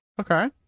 Okay